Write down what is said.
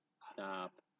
stop